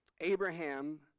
Abraham